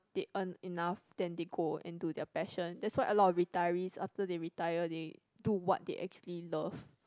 they earn enough then they go into their passion that's why a lot of retirees after they retire they do what they actually love